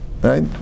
right